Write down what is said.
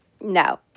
No